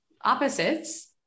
opposites